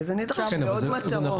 וזה נדרש לעוד מטרות.